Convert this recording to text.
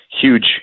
Huge